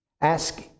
ask